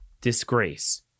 disgrace